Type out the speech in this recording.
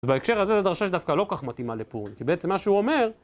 אז בהקשר הזה, זו דרשה שדווקא לא כך מתאימה לפורים כי בעצם מה שהוא אומר...